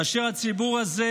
כאשר הציבור הזה,